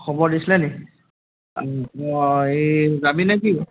খবৰ দিছিলে নি এই যাবি নেকি